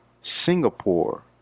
Singapore